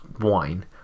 wine